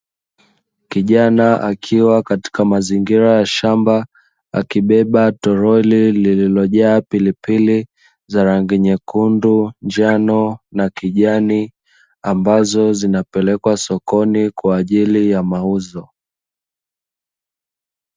Kijana akiwa katika mazingira ya shamba akibeba toroli lililojaa pilipili za rangi nyekundu, njano na kijani. Ambazo zinapelekwa sokoni kwa ajili ya mauzo.